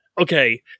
okay